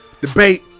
debate